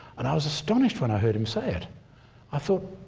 and i was astonished when i heard him say it i thought,